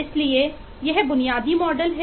इसलिए यह बुनियादी मॉडल है